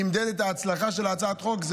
נמדדת ההצלחה של הצעת החוק.